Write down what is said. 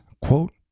quote